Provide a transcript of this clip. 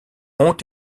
ont